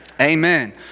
Amen